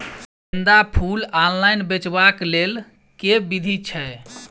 गेंदा फूल ऑनलाइन बेचबाक केँ लेल केँ विधि छैय?